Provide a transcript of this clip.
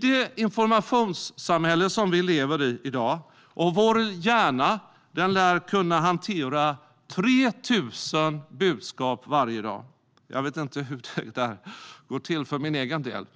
Det informationssamhälle som vi i dag lever i, där vår hjärna lär kunna hantera 3 000 budskap varje dag - men jag vet inte hur det går till för min egen del -